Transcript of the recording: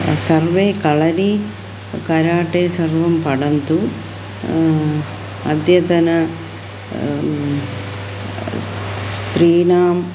सर्वे कळरी कराटे सर्वं पठन्तु अद्यतन स् स्त्रीणाम्